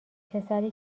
پسری